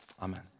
amen